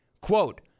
Quote